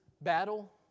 battle